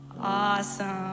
Awesome